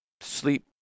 sleep